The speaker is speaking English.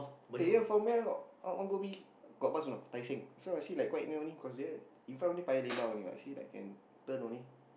eh yeah from here want to go Ubi got bus or no Tai-Seng just now I see like quite near only consider in front only Paya-Lebar only [what] see like I can turn only